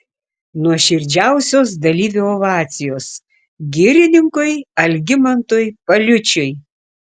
nuoširdžiausios dalyvių ovacijos girininkui algimantui paliučiui